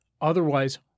otherwise